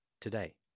today